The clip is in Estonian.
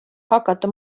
hakata